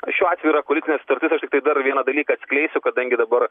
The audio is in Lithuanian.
šiuo atveju yra koalicinė sutartis aš tiktai dar vieną dalyką atskleisiu kadangi dabar